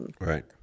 right